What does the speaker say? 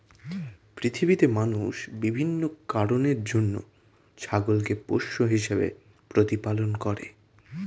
পৃথিবীতে মানুষ বিভিন্ন কারণের জন্য ছাগলকে পোষ্য হিসেবে প্রতিপালন করে